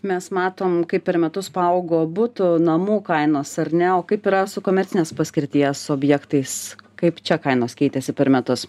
mes matom kaip per metus paaugo butų namų kainos ar ne o kaip yra su komercinės paskirties objektais kaip čia kainos keitėsi per metus